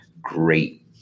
great